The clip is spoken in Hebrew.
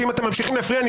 שאם אתם ממשיכים להפריע,